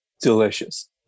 delicious